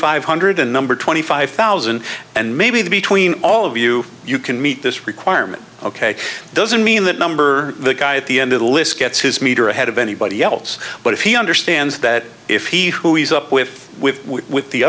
five hundred and number twenty five thousand and maybe the between all of you you can meet this requirement ok doesn't mean that number the guy at the end of the list gets his meter ahead of anybody else but if he understands that if he who ease up with with